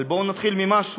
אבל בואו נתחיל ממשהו.